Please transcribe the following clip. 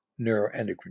neuroendocrine